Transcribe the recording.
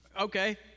Okay